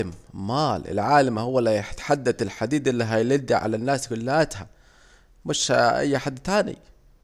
عالم امال، العالم دي هو الي هيتحدد الحديد الي هيلد على الناس كلاتها مش اي حد تاني